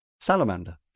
Salamander